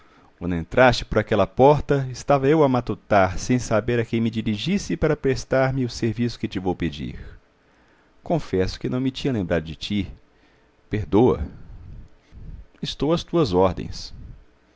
quando entraste por aquela porta estava eu a matutar sem saber a quem me dirigisse para prestar-me o serviço que te vou pedir confesso que não me tinha lembrado de ti perdoa estou às tuas ordens